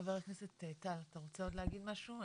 חבר הכנסת טל, אתה רוצה עוד להגיד משהו?